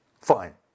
fine